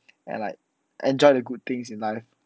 and like enjoy the good things in life